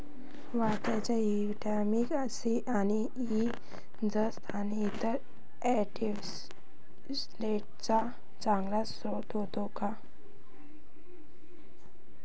वाटाणा vitamin C आणि E, जस्त आणि इतर अँटीऑक्सिडेंट्सचा चांगला स्रोत आहे